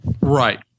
Right